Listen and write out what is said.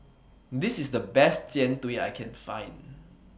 This IS The Best Jian Dui that I Can Find